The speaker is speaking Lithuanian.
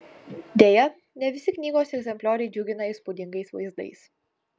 deja ne visi knygos egzemplioriai džiugina įspūdingais vaizdais